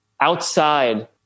outside